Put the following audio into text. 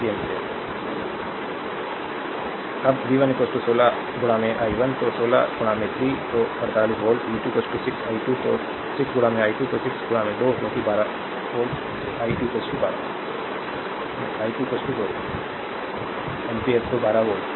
slide time देखें 2749 So these have easily can solve it only have to Refer Time 2807 that how quickly can solve it Putting equation one to another Refer Slide Time 2819 अब v 1 16 i 1 तो 16 3 तो 48 volt v 2 6 i2 तो 6 i2 तो 6 2 क्योंकि i2 2 ampere तो 12 volt